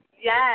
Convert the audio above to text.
Yes